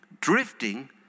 Drifting